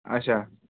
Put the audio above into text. اچھا